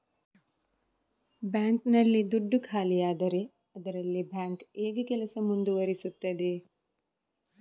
Bank ನಲ್ಲಿ ದುಡ್ಡು ಖಾಲಿಯಾದರೆ ಅದರಲ್ಲಿ ಬ್ಯಾಂಕ್ ಹೇಗೆ ಕೆಲಸ ಮುಂದುವರಿಸುತ್ತದೆ?